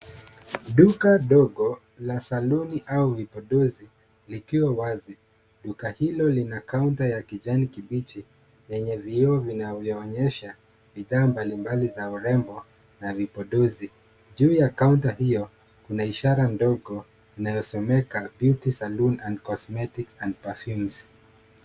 Duka dogo la salon au vipodozi, likiwa wazi. Duka hilo lina kaunta ya kijani kibichi, lenye vyoo vinavyoonyesha bidhaa mbalimbali za urembo na vipodozi. Juu ya kaunta hiyo, kuna ishara ndogo, inayosomeka, beauty salon and cosmetics and perfumes .